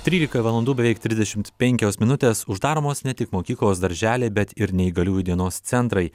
trylika valandų beveik trisdešimt penkios minutės uždaromos ne tik mokyklos darželiai bet ir neįgaliųjų dienos centrai